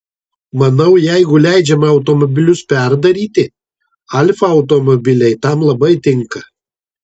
manau jeigu leidžiama automobilius perdaryti alfa automobiliai tam labai tinka